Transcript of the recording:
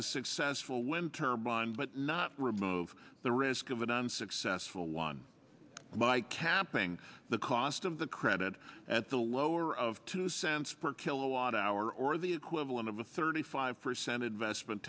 a successful wind turbine but not remove the risk of an unsuccessful one by capping the cost of the credit at the lower of two cents per kilowatt hour or the equivalent of a thirty five percent investment